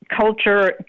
culture